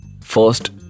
First